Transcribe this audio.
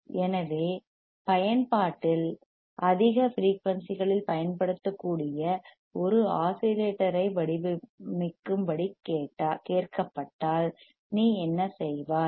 எனவே பயன்பாட்டில் application applications அதிக ஃபிரீயூன்சிகளில் பயன்படுத்தக்கூடிய ஒரு ஆஸிலேட்டரை வடிவமைக்கும்படி கேட்கப்பட்டால் நீ என்ன செய்வாய்